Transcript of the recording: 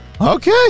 Okay